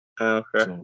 Okay